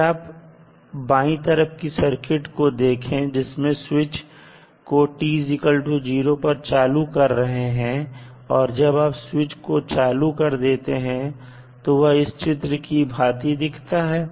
अगर आप बाई तरफ की सर्किट को देखें जिसमें स्विच को t0 पर चालू कर रहे हैं और जब आप स्विच को चालू कर देते हैं तो वह इस चित्र की भांति दिखता है